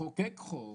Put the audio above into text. לחוקק חוק